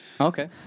okay